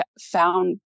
found